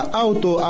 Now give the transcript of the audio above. auto